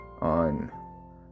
on